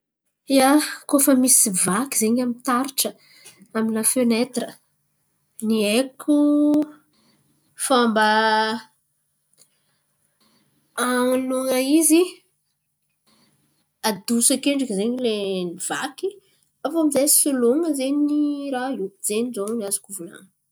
Ia, koa fa misy vaky zen̈y amy taratra amy lafenaitira, ny haiko fômba an̈oloan̈a izy adoso akendriky zen̈y lainy vaky aviô aminjay soloan̈a zen̈y raha io. Zen̈y ziô ny azoko volan̈iny.